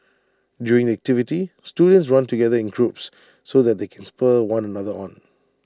during the activity students run together in groups so that they can spur one another on